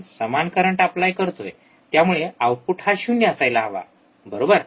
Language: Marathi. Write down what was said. आपण समान करंट ऎप्लाय करतोय त्यामुळे आउटपुट हा शून्य असायला हवा बरोबर